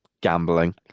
gambling